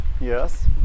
Yes